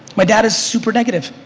my dad is super negative.